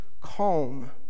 calm